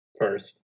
first